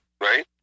right